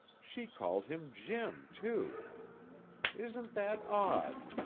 she called him jim, too isn't that odd?